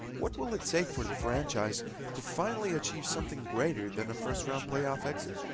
what will it take for the franchise to finally achieve something greater than first round playoff exits?